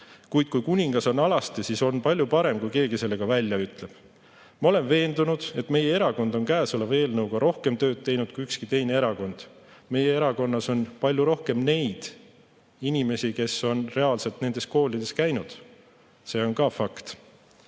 Kuid kui kuningas on alasti, siis on palju parem, kui keegi selle ka välja ütleb. Ma olen veendunud, et meie erakond on käesoleva eelnõuga rohkem tööd teinud kui ükski teine erakond. Meie erakonnas on palju rohkem neid inimesi, kes on reaalselt nendes koolides käinud. See on ka fakt.